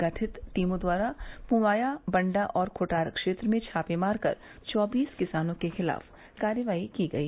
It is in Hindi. गठित टीमों द्वारा पुवाया बंडा और खुटार क्षेत्र में छापे मार कर चौबीस किसानों के खिलाफ कार्रवाई की गई